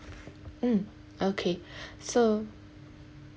mm okay so